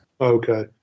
Okay